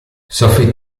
sophie